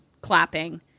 clapping